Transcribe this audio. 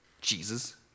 Jesus